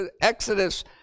Exodus